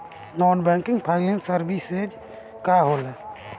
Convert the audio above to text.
Non banking financial services का होला?